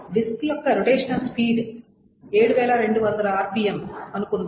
disc యొక్క rotational speed 7200 rpm అనుకుందాం